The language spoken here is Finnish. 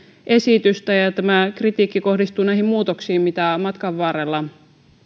esitystä ja tämä kritiikki kohdistuu näihin muutoksiin mitä matkan varrella